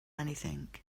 anything